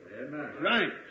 Right